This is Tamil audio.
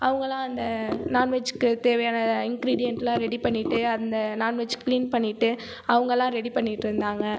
அவங்கள்லாம் அந்த நான்வெஜ்க்கு தேவையான இன்க்ரிடியண்ட்லாம் ரெடி பண்ணிவிட்டு அந்த நான்வெஜ் க்ளீன் பண்ணிவிட்டு அவங்கள்லாம் ரெடி பண்ணிகிட்டிருந்தாங்க